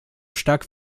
stark